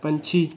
ਪੰਛੀ